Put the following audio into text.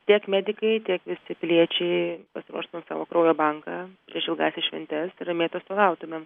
tiek medikai tiek visi piliečiai pasiruoštume savo kraujo banką prieš ilgąsias šventes ramiai atostogautumėm